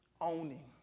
owning